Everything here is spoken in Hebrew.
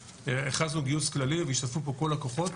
הכרזנו גיוס כללי והשתתפו פה כל הכוחות,